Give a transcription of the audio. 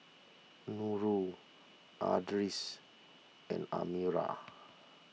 Nurul Idris and Amirah